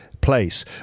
place